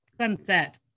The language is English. sunset